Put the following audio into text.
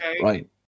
right